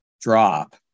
drop